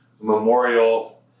memorial